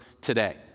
today